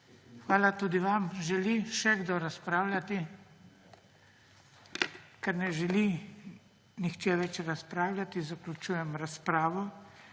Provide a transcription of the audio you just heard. Hvala tudi vam. Želi še kdo razpravljati? (Ne.) Ker ne želi nihče več razpravljati, zaključujem razpravo.